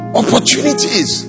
opportunities